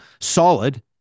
solid